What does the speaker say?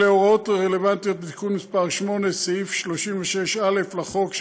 אלה ההוראות הרלוונטיות בתיקון מס' 8: סעיף 36(א) לחוק,